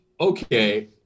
Okay